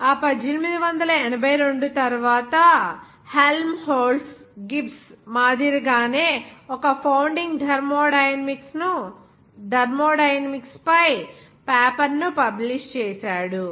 ఆ 1882 తరువాత Helmholtz Gibbs మాదిరిగానే ఒక ఫౌండింగ్ థర్మోడైనమిక్స్ పై పేపర్ను పబ్లిష్ చేసాడు